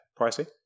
Pricey